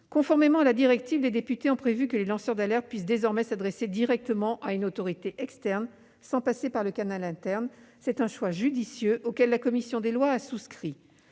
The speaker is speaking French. Conformément à la directive, les députés ont prévu que les lanceurs d'alerte puissent désormais s'adresser directement à une autorité externe, sans passer par le canal interne. C'est un choix judicieux, auquel la commission des lois a souscrit.